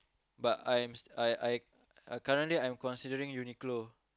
but I'm I I I currently I'm considering Uniqlo